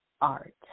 art